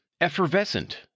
effervescent